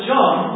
John